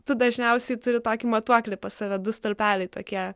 tu dažniausiai turi tokį matuoklį pas save du stulpeliai tokie